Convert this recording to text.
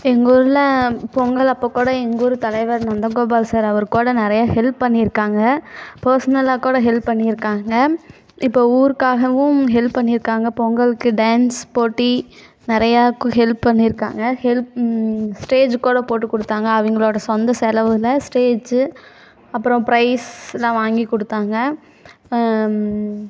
எங்கள் ஊரில் பொங்கல் அப்போ கூட எங்கள் ஊர் தலைவர் நந்தகோபால் சார் அவர் கூட நிறைய ஹெல்ப் பண்ணிருக்காங்க பர்சனலாக கூட ஹெல்ப் பண்ணிருக்காங்கள் இப்போது ஊருக்காகவும் ஹெல்ப் பண்ணிருக்காங்க பொங்கலுக்கு டான்ஸ் போட்டி நிறையா ஹெல்ப் பண்ணிருக்காங்க ஹெல்ப் ஸ்டேஜ்ஜு கூட போட்டு கொடுத்தாங்க அவங்களோடய சொந்த செலவில் ஸ்டேஜ்ஜு அப்புறம் பிரைஸ்லாம் வாங்கி கொடுத்தாங்க